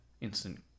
Instant